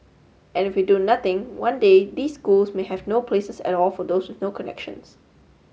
and if we do nothing one day these schools may have no places at all for those with no connections